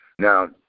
Now